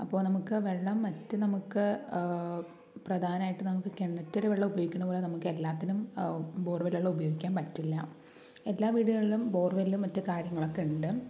അപ്പോൾ നമുക്ക് വെള്ളം മറ്റ് നമുക്ക് പ്രധാനമായിട്ട് നമുക്ക് കിണറ്റിലെ വെള്ളം ഉപയോഗിക്കണ പോലെ നമുക്കെല്ലാത്തിനും ബോർ വെൽ വെള്ളം ഉപയോഗിക്കാൻ പറ്റില്ല എല്ലാ വീടുകളിലും ബോർ വെല്ലും മറ്റ് കാര്യങ്ങളൊക്കെ ഉണ്ട്